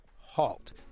halt